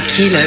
Kilo